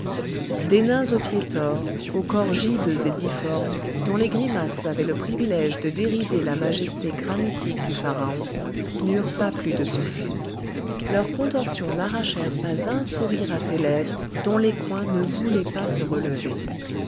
des nains aux pieds tors au corps gibbeux et difforme dont les grimaces avaient le privilège de dérider la majesté granitique du pharaon n'eurent pas plus de succès leurs contorsions n'arrachèrent pas un sourire à ses lèvres dont les coins ne voulaient pas se relever